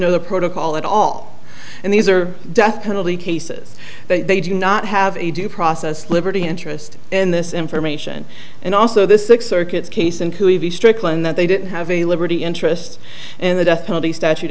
know the protocol at all and these are death penalty cases they do not have a due process liberty interest in this information and also the six circuits case and cooey strickland that they didn't have a liberty interest in the death penalty statute